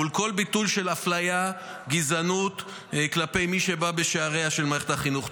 מול כל ביטוי של אפליה וגזענות כלפי מי שבא בשעריה של מערכת החינוך,